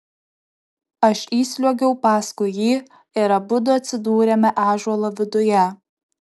aš įsliuogiau paskui jį ir abudu atsidūrėme ąžuolo viduje